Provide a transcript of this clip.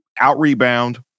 out-rebound